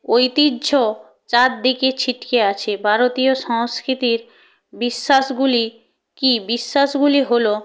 ঐতিহ্য চারদিকে ছিটিয়ে আছে ভারতীয় সংস্কৃতির বিশ্বাসগুলি কী বিশ্বাসগুলি হলো